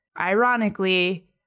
ironically